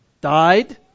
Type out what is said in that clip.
died